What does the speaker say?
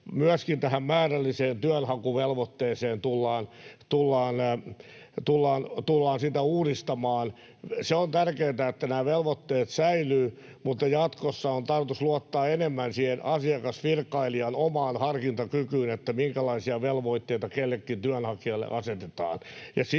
tätä määrällistä työnhakuvelvoitetta tullaan uudistamaan. Se on tärkeätä, että nämä velvoitteet säilyvät, mutta jatkossa on tarkoitus luottaa enemmän siihen asiakasvirkailijan omaan harkintakykyyn, että minkälaisia velvoitteita kenellekin työnhakijalle asetetaan.